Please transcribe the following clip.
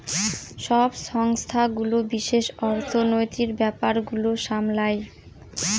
সব সংস্থাগুলো বিশেষ অর্থনীতির ব্যাপার গুলো সামলায়